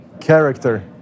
Character